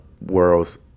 world's